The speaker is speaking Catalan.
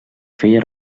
feia